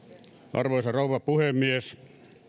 arvoisa rouva puhemies